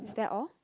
is that all